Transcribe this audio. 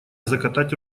закатать